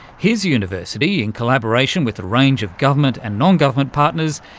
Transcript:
his university, in collaboration with a range of government and non-government partners,